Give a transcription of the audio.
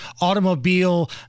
automobile